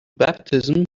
baptism